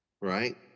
right